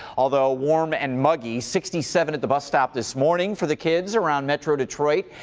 although warm and muggy, sixty seven at the bus stop this morning for the kids around metro detroit.